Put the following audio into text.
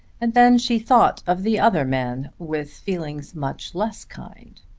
and then she thought of the other man with feelings much less kind.